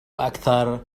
أكثر